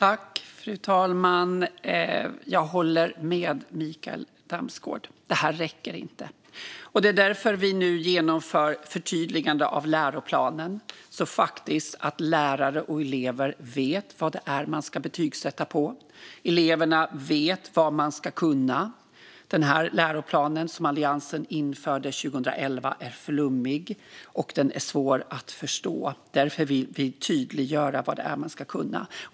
Fru talman! Jag håller med Mikael Damsgaard: Det här räcker inte. Det är därför vi nu genomför ett förtydligande av läroplanen så att lärare och elever faktiskt vet vad det är man ska betygsätta på och så att eleverna vet vad de ska kunna. Den här läroplanen, som Alliansen införde 2011, är flummig och svår att förstå. Därför vill vi tydliggöra vad det är eleverna ska kunna.